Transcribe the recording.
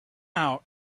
out